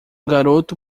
garoto